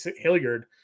Hilliard